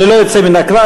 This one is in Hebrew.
ללא יוצא מן הכלל,